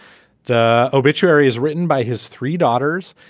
the obituary is written by his three daughters.